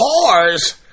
Cars